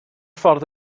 ffordd